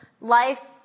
life